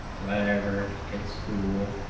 whatever its cool